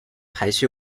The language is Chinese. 排序